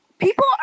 People